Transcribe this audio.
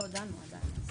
לא דנו עדיין.